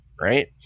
right